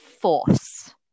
force